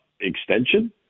extension